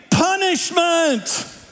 Punishment